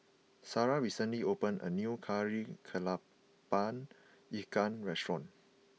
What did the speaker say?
Sara recently opened a new Kari Kepala Ikan restaurant